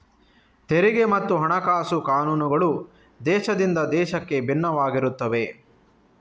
ತೆರಿಗೆ ಮತ್ತು ಹಣಕಾಸು ಕಾನೂನುಗಳು ದೇಶದಿಂದ ದೇಶಕ್ಕೆ ಭಿನ್ನವಾಗಿರುತ್ತವೆ